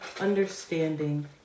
understanding